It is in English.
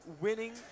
winning